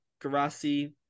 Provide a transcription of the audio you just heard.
Garasi